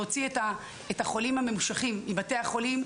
להוציא את החולים הממושכים מבתי החולים